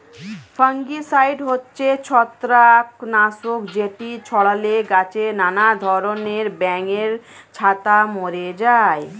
fungicide হচ্ছে ছত্রাক নাশক যেটি ছড়ালে গাছে নানা ধরণের ব্যাঙের ছাতা মরে যায়